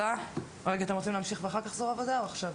אתם רוצים להמשיך ואחר כך זרוע העבודה או עכשיו?